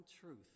truth